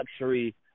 luxury